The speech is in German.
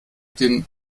den